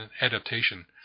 adaptation